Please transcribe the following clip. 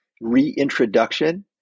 reintroduction